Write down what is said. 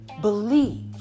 believe